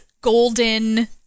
golden